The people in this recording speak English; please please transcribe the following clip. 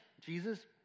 Jesus